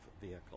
vehicle